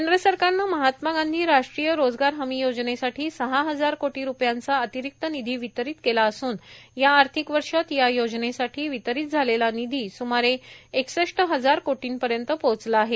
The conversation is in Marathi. केंद्र सरकारनं महात्मा गांधी राष्ट्रीय रोजगार हमी योजनेसाठी सहा हजार कोटी रुपयांचा अतिरिक्त निधी वितरीत केला असून या आर्थिक वर्षात या योजनेसाठी वितरीत झालेला निधी स्मारे एकसष्ट हजार कोटींपर्यंत पोहचला आहे